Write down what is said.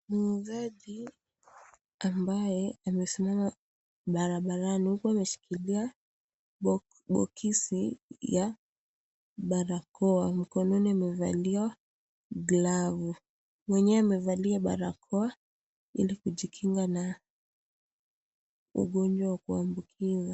Muuzaji ambaye amesimama barabarani huku ameshikilia bokisi ya barakoa, mkononi amevalia glavu, mwenyewe amevalia barakoa kujikinga na ugonjwa wa kuambukiza.